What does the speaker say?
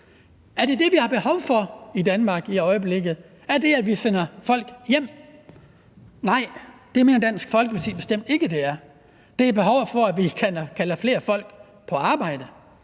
Er det det, vi har behov for i Danmark i øjeblikket? Er det, at vi sender folk hjem? Nej, det mener Dansk Folkeparti bestemt ikke det er. Der er behov for, at vi kalder flere folk på arbejde,